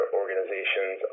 organizations